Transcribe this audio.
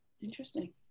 interesting